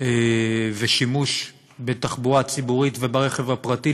ושימוש בתחבורה ציבורית וברכב הפרטי,